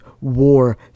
War